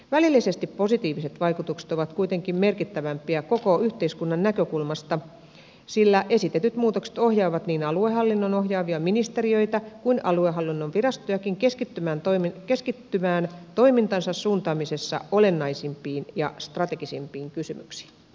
välillisesti positiiviset vaikutukset ovat kuitenkin merkittävämpiä koko yhteiskunnan näkökulmasta sillä esitetyt muutokset ohjaavat niin aluehallinnon ohjaavia ministeriöitä kuin aluehallinnon virastojakin keskittymään toimintansa suuntaamisessa olennaisimpiin ja strategisimpiin kysymyksiin